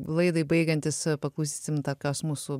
laidai baigiantis paklausysim tokios mūsų